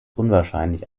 unwahrscheinlich